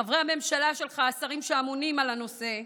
חברי הממשלה שלך, השרים שאמונים על הנושא,